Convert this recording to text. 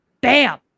bam